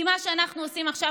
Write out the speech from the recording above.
כי מה שאנחנו עושים עכשיו,